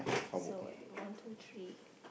so what d~ one two three